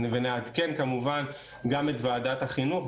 לעדכן כמובן גם את ועדת החינוך.